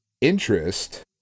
interest